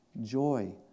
joy